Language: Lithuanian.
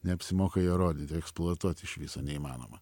neapsimoka jo rodyt eksploatuot iš viso neįmanoma